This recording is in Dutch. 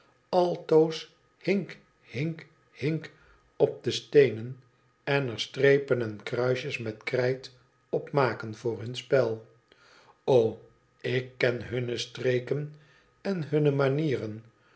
altoos bk hink hink op de steenen en er strepen en kruisjes met krijt op ken voor hun spel o ik ken hunne streken en hunne manieren